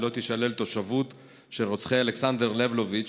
שלא תישלל תושבות של רוצחי אלכסנדר לבלוביץ',